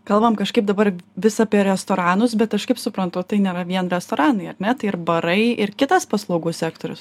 kalbam kažkaip dabar vis apie restoranus bet aš kaip suprantu tai nėra vien restoranai ar ne tai ir barai ir kitas paslaugų sektorius